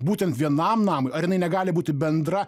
būtent vienam namui ar jinai negali būti bendra